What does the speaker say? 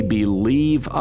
believe